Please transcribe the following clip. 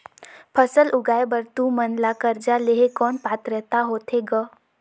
फसल उगाय बर तू मन ला कर्जा लेहे कौन पात्रता होथे ग?